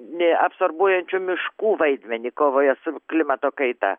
neabsorbuojančių miškų vaidmenį kovoje su klimato kaita